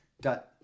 dot